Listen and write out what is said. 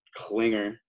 clinger